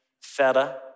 feta